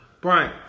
Brian